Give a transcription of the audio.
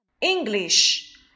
English